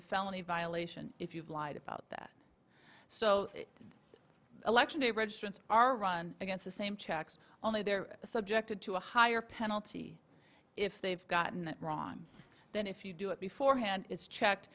a felony violation if you've lied about that so election day redskins are run against the same checks only they're subjected to a higher penalty if they've gotten it wrong than if you do it before hand it's